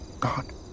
God